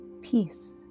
peace